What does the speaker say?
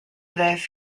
this